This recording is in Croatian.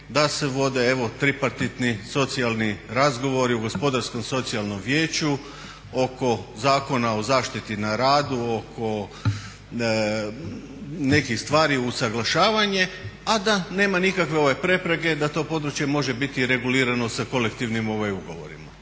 da se vode evo tripartitni, socijalni razgovori u Gospodarskom socijalnom vijeću oko Zakona o zaštiti na radu, oko nekih stvari, usuglašavanje a da nema nikakve prepreke da to područje može biti regulirano sa kolektivnim ugovorima.